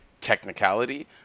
technicality